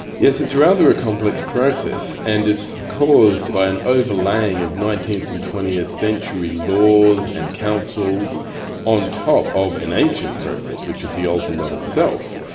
yes it's rather a complex process and it's caused by an overlaying of nineteenth and twentieth century laws and councils on top of an ancient process, which is the altar lot itself.